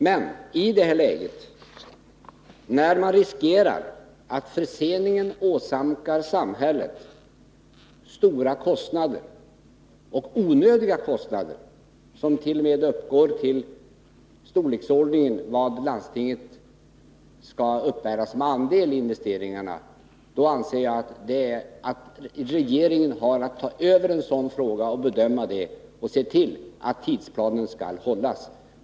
Men i detta läge när man riskerar att förseningen åsamkar samhället stora och onödiga kostnader, som t.o.m. uppgår till samma storleksordning som det belopp som landstinget skall ha som andel i investeringarna, då anser jag att regeringen har att ta över en sådan fråga, bedöma den och se till att tidsplanen hålls.